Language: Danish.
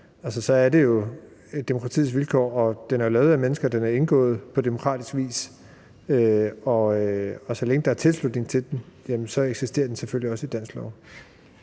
er det jo demokratiets vilkår – den er lavet af mennesker, og den er indgået på demokratisk vis. Og så længe der er tilslutning til den, eksisterer den selvfølgelig også i dansk lov.